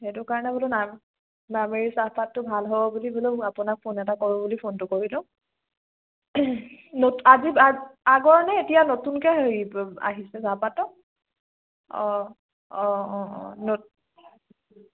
সেইটো কাৰণে বোলো নাম নামেৰি চাহপাতটো ভাল হ'ব বুলি বোলো আপোনাক ফোন এটা কৰোঁ বুলি ফোনটো কৰিলোঁ নতু আজি আ আগৰ নে এতিয়া নতুনকৈ হেৰি আহিছে চাহপাতটো অঁ অঁ অঁ অঁ নত